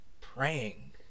Praying